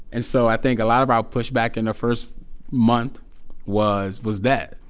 and so i think a lot of our pushback in the first month was was that.